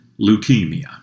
leukemia